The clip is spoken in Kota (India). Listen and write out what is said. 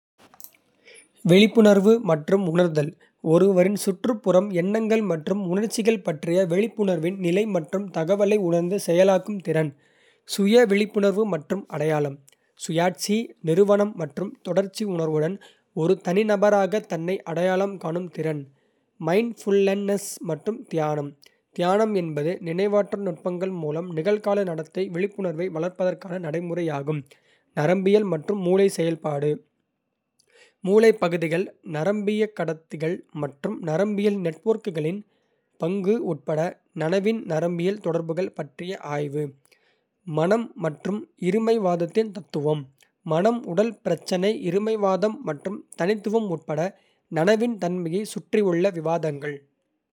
உளவாளிகள் சக்திவாய்ந்த முன் கால்கள் மற்றும் நீண்ட. நகங்கள் கொண்ட நிபுணர் தோண்டி எடுப்பவர்கள். கிரவுண்ட்ஹாக்ஸ் வூட்சக்ஸ் சிக்கலான சுரங்கப்பாதை. அமைப்புகளைக் கொண்ட கொறித்துண்ணிகள். முயல்கள் ஐரோப்பிய முயல் போன்ற சில. இனங்கள் நிலத்தடி வாரன்களில் வாழ்கின்றன. புல்வெளி நாய்கள் சிக்கலான நிலத்தடி காலனிகளை. உருவாக்கும் சமூக கொறித்துண்ணிகள். பேட்ஜர்கள் தோண்டுவதற்கு வலுவான நகங்களைக். கொண்ட குட்டைக் கால்கள் கொண்ட சர்வவல்லிகள். அர்மாடில்லோஸ் சிறிய கவச பாலூட்டிகள். தங்குமிடத்திற்காக துளைகளை தோண்டுகின்றன. கோபர்கள் அவர்களின் விரிவான சுரங்கப்பாதை. நெட்வொர்க்குகளுக்கு நன்கு அறியப்பட்டவர்கள். முள்ளம்பன்றிகள் ஆப்பிரிக்க பிக்மி ஹெட்ஜ்ஹாக். போன்ற சில இனங்கள் நிலத்தடி பர்ரோக்களில் வாழ்கின்றன. சிப்மங்க்ஸ் இந்த சிறிய கொறித்துண்ணிகள் பெரும்பாலும். நிலத்தடி சுரங்கங்கள் மற்றும் துளைகளில் வாழ்கின்றன. புழுக்கள் மண்புழுக்கள் போன்றவை மண் சுற்றுச்சூழல். அமைப்புகளில் முக்கிய பங்கு வகிக்கின்றன. இந்த நிலத்தடி வசிப்பவர்கள் மேற்பரப்பிற்கு அடியில் வாழும். வாழ்க்கைக்குத் தகவமைத்துக் கொண்டுள்ளனர் பெரும்பாலும். அவர்களின் நிலத்தடி சூழலில் செழிக்க தனிப்பட்ட உடல் அம்சங்கள். மற்றும் நடத்தைகளை வளர்த்துக் கொள்கின்றனர்.